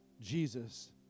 Jesus